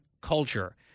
culture